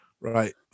right